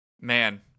man